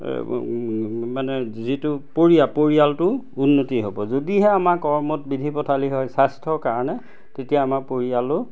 মানে যিটো পৰিয়াল পৰিয়ালটোৰ উন্নতি হ'ব যদিহে আমাৰ কৰ্মত বিধি পথালি হয় স্বাস্থ্যৰ কাৰণে তেতিয়া আমাৰ পৰিয়ালো